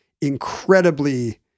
incredibly